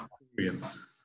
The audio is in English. experience